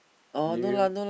you